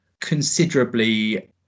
considerably